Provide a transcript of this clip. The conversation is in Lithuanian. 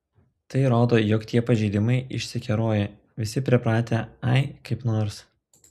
tai rodo jog tie pažeidimai išsikeroję visi pripratę ai kaip nors